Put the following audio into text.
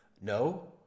No